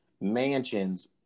mansions